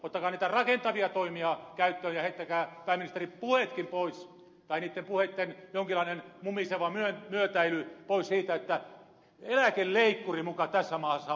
ottakaa niitä rakentavia toimia käyttöön ja heittäkää pääministeri puheetkin pois tai niitten puheitten jonkinlainen mumiseva myötäily siitä että eläkeleikkuri muka tässä maassa on mahdollinen